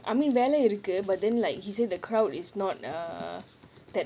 I mean வேல இருக்கு:vela irukku but then like he say the crowd is not err that much